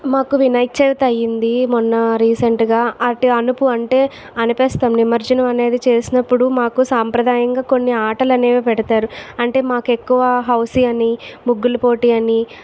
మాకు వినాయక చవితి అయ్యింది మొన్న రీసెంట్ గా అటు అనుపు అంటే అనిపెస్తాం నిమజ్జనం అనేది చేసినప్పుడు మాకు సాంప్రదాయంగా కొన్ని ఆటలు అనేవి పెడతారు అంటే మాకు ఎక్కువ హౌసీ అని ముగ్గులు పోటీ అని